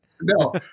No